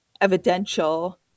evidential